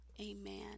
amen